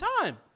time